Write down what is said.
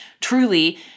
truly